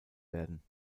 werden